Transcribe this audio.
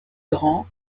grand